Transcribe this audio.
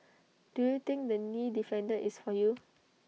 do you think the knee defender is for you